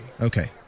Okay